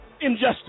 injustice